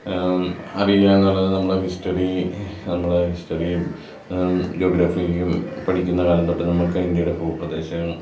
അറിയുക എന്നുള്ളത് നമ്മൾ ഹിസ്റ്ററി നമ്മൾ ഹിസ്റ്ററിയും ജോഗ്രാഫിയും പഠിക്കുന്ന കാലം തൊട്ട് നമുക്ക് ഇന്ത്യയുടെ ഭൂപ്രദേശം